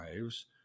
lives